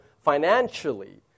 financially